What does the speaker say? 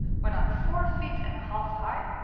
when i'm four feet and a half high,